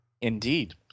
indeed